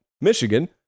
Michigan